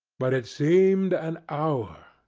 but it seemed an hour.